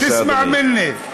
תסמע מיני.